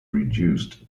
reduced